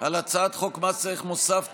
על הצעת חוק מס ערך מוסף (תיקון,